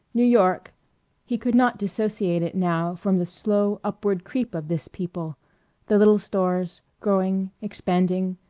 new york he could not dissociate it now from the slow, upward creep of this people the little stores, growing, expanding,